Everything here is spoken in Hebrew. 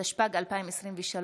התשפ"ג 2023,